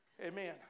Amen